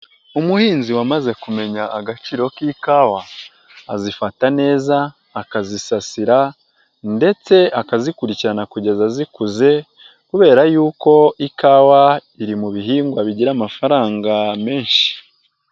Umuhinzi wamaze kumenya agaciro k'ikawa, azifata neza, akazisasira ndetse akazikurikirana kugeza zikuze kubera yuko ikawa iri mu bihingwa bigira amafaranga menshi.